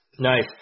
Nice